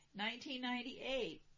1998